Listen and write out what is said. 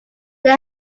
they